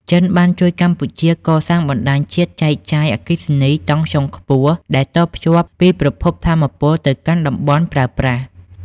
ចិនបានជួយកម្ពុជាកសាងបណ្ដាញជាតិចែកចាយអគ្គិសនីតង់ស្យុងខ្ពស់ ដែលតភ្ជាប់ពីប្រភពថាមពលទៅកាន់តំបន់ប្រើប្រាស់។